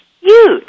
huge